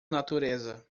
natureza